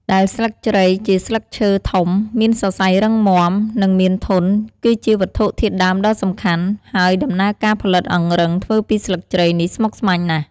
ដែលស្លឹកជ្រៃជាស្លឹកឈើធំ មានសរសៃរឹងមាំ និងមានធន់ គឺជាវត្ថុធាតុដើមដ៏សំខាន់ ហើយដំណើរការផលិតអង្រឹងធ្វើពីស្លឹកជ្រៃនេះស្មុគស្មាញណាស់។